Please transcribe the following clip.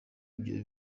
ibyo